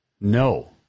no